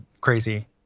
Crazy